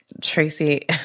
Tracy